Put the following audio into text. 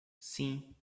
sim